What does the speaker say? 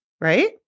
right